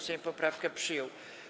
Sejm poprawkę przyjął.